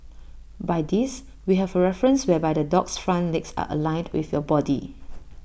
by this we have A reference whereby the dog's front legs are aligned with your body